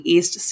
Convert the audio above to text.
East